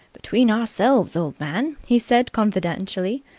between ourselves, old man, he said confidentially,